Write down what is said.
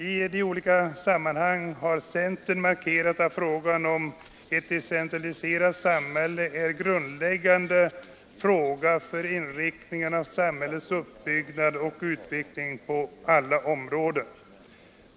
I olika sammanhang har centern markerat att frågan om ett decentraliserat samhälle är grundläggande för inriktningen av samhällets uppbyggnad och utveckling på alla områden.